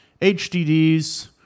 HDDs